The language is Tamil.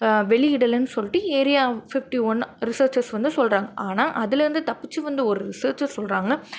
வெளியிடலன்னு சொல்லிட்டு ஏரியா ஃபிஃப்ட்டி ஒன் ரிசச்சர்ஸ் வந்து சொல்கிறாங்க ஆனால் அதுலேருந்து தப்பித்து வந்த ஒரு ரிசர்ச்சர் சொல்கிறாங்க